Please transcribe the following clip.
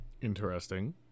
Interesting